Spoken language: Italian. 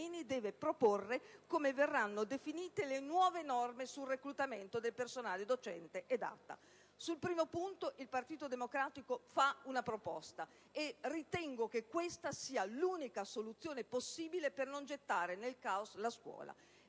proporre come verranno definite le nuove norme sul reclutamento del personale docente ed ATA. Sul primo punto, il Partito Democratico fa una proposta e ritengo che questa sia l'unica soluzione possibile per non gettare nel caos la scuola.